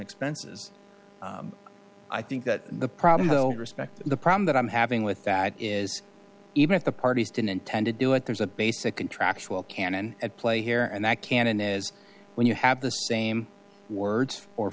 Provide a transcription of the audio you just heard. expenses i think that the problem the respect the problem that i'm having with that is even if the parties didn't intend to do it there's a basic contractual canon at play here and that canon is when you have the same words or